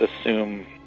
assume